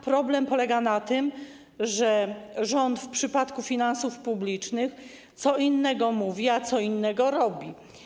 Problem polega na tym, że rząd w przypadku finansów publicznych co innego mówi, a co innego robi.